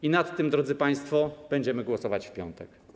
I nad tym, drodzy państwo, będziemy głosować w piątek.